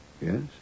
Yes